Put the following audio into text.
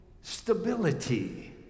stability